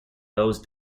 those